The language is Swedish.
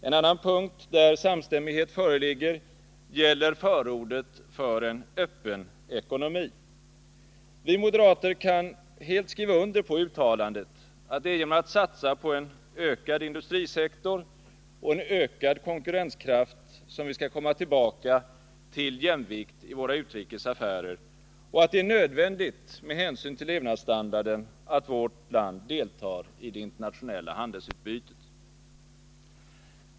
En annan punkt där samstämmighet föreligger gäller förordet för en öppen ekonomi. Vi moderater kan helt skriva under uttalandet att det är genom att satsa på en ökad industrisektor och en ökad konkurrenskraft som vi skall komma tillbaka till jämvikt i våra utrikes affärer och att det är nödvändigt med hänsyn till levnadsstandarden att vårt land deltar i det internationella handelsutbytet.